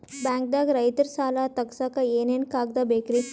ಬ್ಯಾಂಕ್ದಾಗ ರೈತರ ಸಾಲ ತಗ್ಸಕ್ಕೆ ಏನೇನ್ ಕಾಗ್ದ ಬೇಕ್ರಿ?